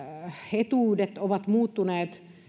etuudet ovat muuttuneet